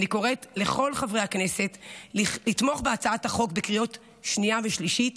אני קוראת לכל חברי הכנסת לתמוך בהצעת החוק בקריאה השנייה והשלישית,